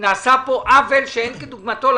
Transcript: נעשה כאן לילדים האלה עוול שאין כדוגמתו.